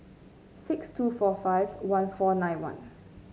six two four five one four nine one